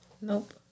Nope